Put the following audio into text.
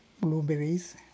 blueberries